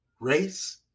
Race